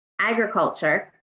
agriculture